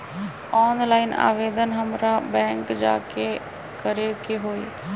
Online आवेदन हमरा bank जाके करे के होई?